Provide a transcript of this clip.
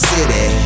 City